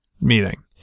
meeting